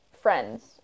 friends